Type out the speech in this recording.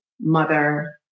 mother